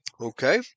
Okay